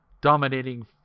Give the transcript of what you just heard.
dominating